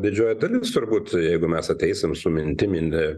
didžioji dalis turbūt jeigu mes ateisim su mintim inve